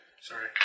Sorry